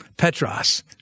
Petros